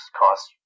cost